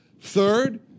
Third